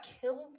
killed